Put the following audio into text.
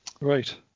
Right